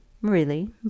Really